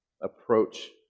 approach